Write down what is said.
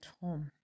home